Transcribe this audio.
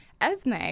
esme